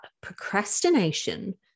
procrastination